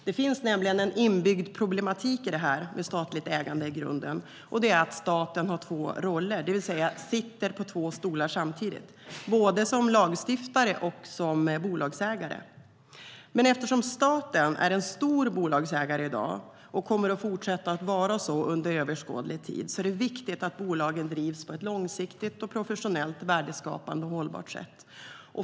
Det finns nämligen en inbyggd problematik med statligt ägande i grunden, och det är att staten har två roller, det vill säga sitter på två stolar samtidigt, både som lagstiftare och som bolagsägare. Eftersom staten i dag är en stor bolagsägare och kommer att fortsätta att vara det under överskådlig tid är det viktigt att bolagen drivs på ett långsiktigt, professionellt, värdeskapande och hållbart sätt.